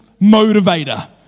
motivator